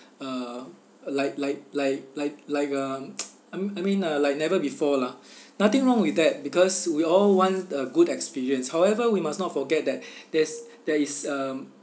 uh like like like like like um I m~ I mean uh like never before lah nothing wrong with that because we all want a good experience however we must not forget that there's there is um